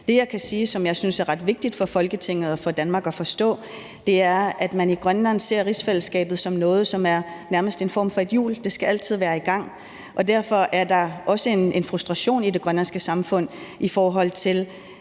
Det, jeg kan sige, som jeg synes er ret vigtigt for Folketinget og for Danmark at forstå, er, at man i Grønland ser rigsfællesskabet som noget, som nærmest er en form for et hjul; det skal altid være i gang, og derfor er der også en frustration i det grønlandske samfund, i forhold til